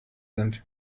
sind